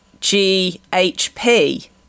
G-H-P